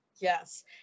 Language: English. Yes